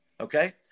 okay